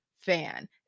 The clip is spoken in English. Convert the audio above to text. fan